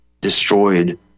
destroyed